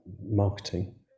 marketing